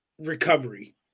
recovery